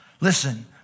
Listen